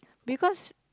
because